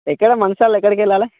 ఎక్కడ మంచిర్యాలలో ఎక్కడికెళ్ళాలి